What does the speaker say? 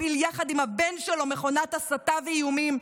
מפעיל יחד עם הבן שלו מכונת הסתה ואיומים,